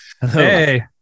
Hey